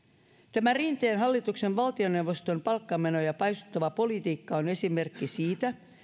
tämä rinteen hallituksen valtioneuvoston palkkamenoja paisuttava politiikka on esimerkki siitä